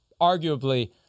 Arguably